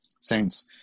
Saints